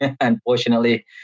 Unfortunately